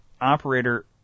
operator